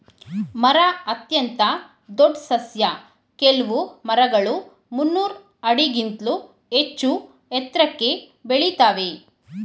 ಮರ ಅತ್ಯಂತ ದೊಡ್ ಸಸ್ಯ ಕೆಲ್ವು ಮರಗಳು ಮುನ್ನೂರ್ ಆಡಿಗಿಂತ್ಲೂ ಹೆಚ್ಚೂ ಎತ್ರಕ್ಕೆ ಬೆಳಿತಾವೇ